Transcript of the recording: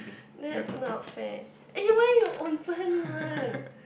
that's not fair eh when you open one